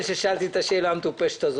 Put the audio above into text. הוא אמר על המשקל של "הפרקליטות שבתוך הפרקליטות".